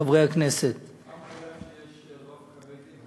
חברי הכנסת --- שמת לב שיש רוב חרדי?